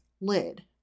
lid